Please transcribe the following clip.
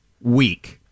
week